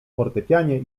fortepianie